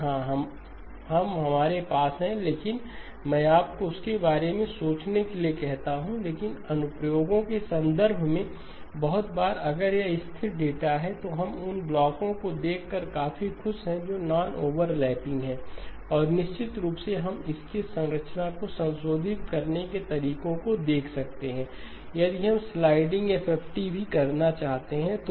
हां हम हमारे पास हैं लेकिन मैं आपको उस बारे में सोचने के लिए कहता हूं लेकिन अनुप्रयोगों के संदर्भ में बहुत बार अगर यह स्थिर डेटा है तो हम उन ब्लॉकों को देखकर काफी खुश हैं जो नॉन ओवरलैपिंग हैं और निश्चित रूप से हम इसके संरचना को संशोधित करने के तरीकों को देख सकते हैं यदि हम स्लाइडिंग FFT को भी करना चाहते हैं तो